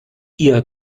ihr